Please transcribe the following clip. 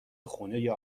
خونه